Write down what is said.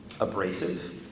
abrasive